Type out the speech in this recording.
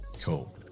cool